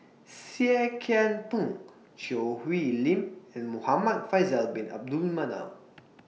Seah Kian Peng Choo Hwee Lim and Muhamad Faisal Bin Abdul Manap